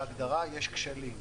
בהגדרה יש כשלים.